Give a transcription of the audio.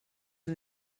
and